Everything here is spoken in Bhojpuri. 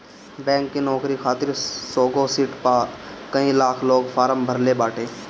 बैंक के नोकरी खातिर सौगो सिट पअ कई लाख लोग फार्म भरले बाटे